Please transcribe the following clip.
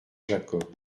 jacob